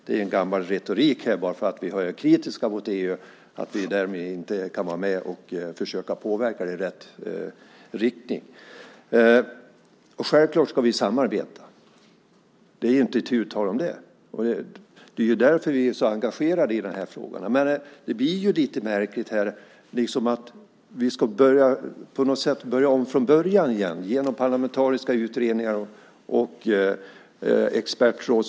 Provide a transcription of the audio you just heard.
Det är bara gammal retorik att säga att vi, bara därför att vi har varit kritiska mot EU, inte kan vara med och försöka påverka detta i rätt riktning. Självklart ska vi samarbeta. Det är inte tu tal om det. Det är ju därför som vi är så engagerade i dessa frågor. Men det blir lite märkligt här, att vi på något sätt ska börja om från början igen med att tillsätta parlamentariska utredningar och expertråd.